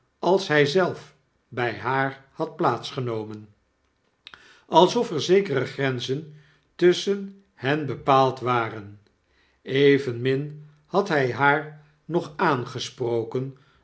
als hij zelf by haar had plaats genomen alsof er zekere grenzen tusschen hen bepaald waren evenmin had hy haar nog aangesproken